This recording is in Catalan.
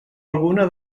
alguna